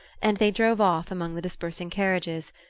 and they drove off among the dispersing carriages,